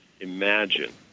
imagine